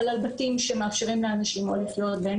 על בתים שמאפשרים לאנשים לחיות בין